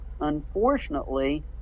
unfortunately